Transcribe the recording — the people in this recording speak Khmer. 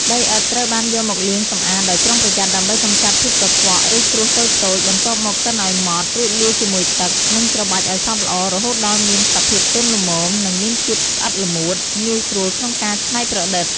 ដីឥដ្ឋត្រូវបានយកមកលាងសម្អាតដោយប្រុងប្រយ័ត្នដើម្បីកម្ចាត់ភាពកខ្វក់ ឬគ្រួសតូចៗ បន្ទាប់មកកិនឲ្យម៉ដ្ឋ រួចលាយជាមួយទឹក និងច្របាច់ឲ្យសព្វល្អ រហូតដល់មានសភាពទន់ល្មម និងមានជាតិស្អិតល្មួត ងាយស្រួលក្នុងការច្នៃប្រឌិត។